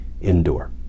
endure